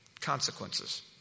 consequences